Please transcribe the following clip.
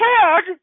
Tag